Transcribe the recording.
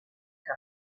que